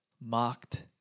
mocked